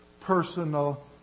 personal